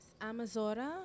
Amazora